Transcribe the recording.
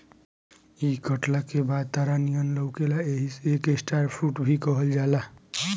इ कटला के बाद तारा नियन लउकेला एही से एके स्टार फ्रूट भी कहल जाला